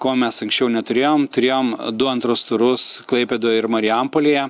ko mes anksčiau neturėjom turėjom du antrus turus klaipėdoje ir marijampolėje